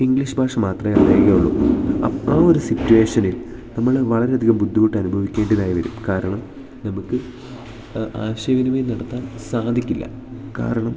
English ഭാഷ മാത്രമേ അറിയുകയുള്ളൂ അ ആ ഒരു സിറ്റുവേഷനിൽ നമ്മൾ വളരെയധികം ബുദ്ധിമുട്ട് അനുഭവിക്കേണ്ടതായി വരും കാരണം നമുക്ക് ആശയ വിനിമയം നടത്താൻ സാധിക്കില്ല കാരണം